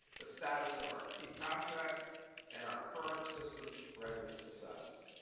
the status of our key contracts and our current systems readiness assessment.